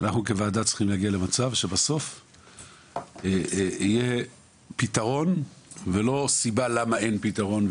אנחנו כוועדה צריכים להגיע למצב שיהיה פתרון ולא רק סיבה לבעיה.